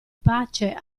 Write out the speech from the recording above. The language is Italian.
pace